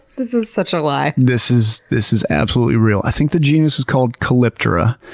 this is such a lie. this is this is absolutely real. i think the genus is called calyptra,